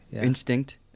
instinct